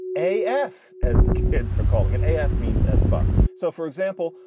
a f, as the kids are calling it, a f. means as fuck. so, for example,